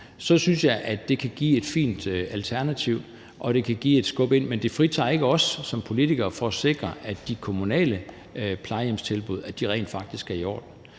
Så synes jeg, at det kan give et fint alternativ, og at det kan give et skub. Men det fritager ikke os som politikere for at sikre, at de kommunale plejehjemstilbud rent faktisk er i orden.